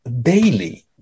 daily